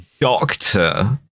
doctor